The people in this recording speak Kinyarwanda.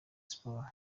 sports